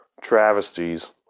travesties